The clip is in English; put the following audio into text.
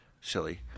Silly